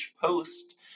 Post